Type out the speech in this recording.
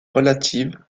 relative